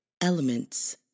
Elements